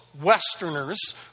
Westerners